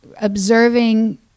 observing